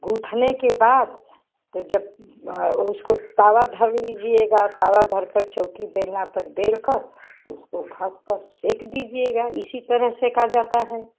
गूँदने के बाद तो जब उसको तवा धर लीजिएगा तवा धर कर चौकी बेलन पर बेल कर उसको पर सेंक दीजिएगा इसी तरह से कर जाता है